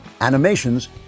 Animations